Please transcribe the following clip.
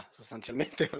sostanzialmente